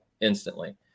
instantly